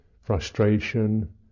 frustration